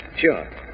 sure